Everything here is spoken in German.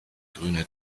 grüne